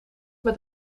met